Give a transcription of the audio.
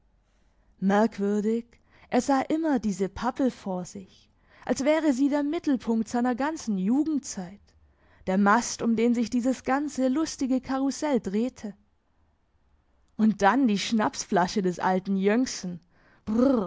merkwürdig er sah immer diese pappel vor sich als wäre sie der mittelpunkt seiner ganzen jugendzeit der mast um den sich dieses ganze lustige karussell drehte und dann die schnapsflasche des alten jönksen